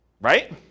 right